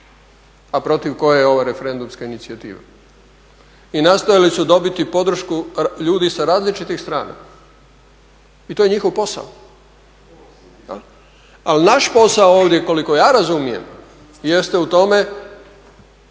a protiv koje je ova referendumska inicijativa. I nastojali su dobiti podršku ljudi sa različitih strana i to je njihov posao. Ali naš posao ovdje koliko ja razumijem jeste u tome